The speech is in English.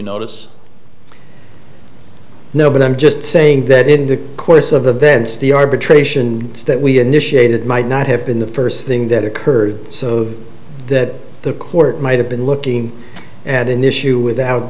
notice no but i'm just saying that in the course of events the arbitration that we initiated might not have been the first thing that occurred so that the court might have been looking at an issue without